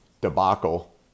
debacle